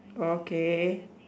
okay